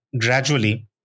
gradually